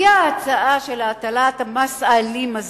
הגיעה ההצעה של הטלת המס האלים הזה,